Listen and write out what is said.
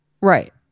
Right